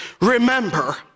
remember